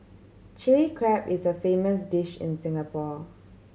Chilli Crab is a famous dish in Singapore